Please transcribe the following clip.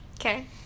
Okay